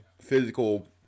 physical